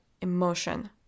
emotion